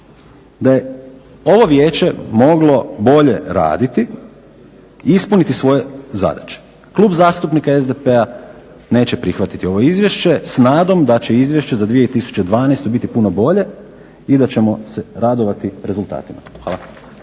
da je ovo Vijeće moglo bolje raditi i ispuniti svoje zadaće. Klub zastupnika SDP-a neće prihvatiti ovo izvješće s nadom da će izvješće za 2012. biti puno bolje i da ćemo se radovati rezultatima. Hvala.